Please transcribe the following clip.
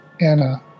Anna